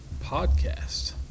podcast